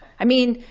i mean,